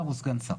שר או סגן שר.